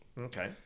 Okay